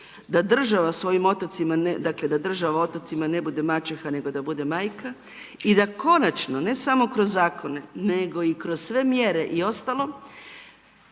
da država otocima ne bude svojim otocima mačeha, nego da bude majka i da končano, ne samo kroz zakone, nego i kroz sve mjere i ostalo